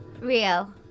Real